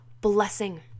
blessing